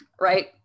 Right